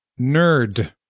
Nerd